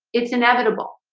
it's inevitable.